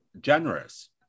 generous